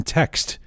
text